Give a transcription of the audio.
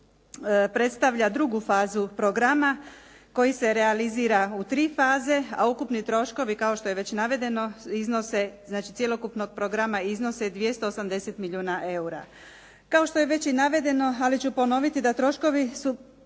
predstavlja drugu fazu programa koji se realizira u tri faze a ukupni troškovi kao što je već navedeno iznose, znači cjelokupnog programa iznose 280 milijuna eura. Kao što je već i navedeno ali ću ponoviti da troškovi su